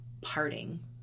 parting